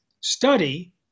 study